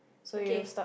okay